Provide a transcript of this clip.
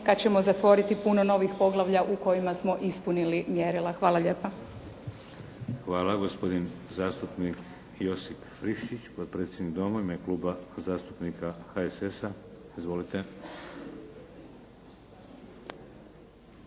kada ćemo zatvoriti puno novih poglavlja u kojima smo ispunili mjerila. Hvala lijepa. **Šeks, Vladimir (HDZ)** Hvala. Gospodin zastupnik Josip Friščić, potpredsjednik Doma, u ime Kluba zastupnika HSS-a. Izvolite.